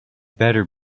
better